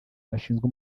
gashinzwe